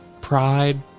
pride